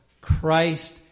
Christ